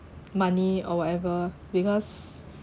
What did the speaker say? money or whatever because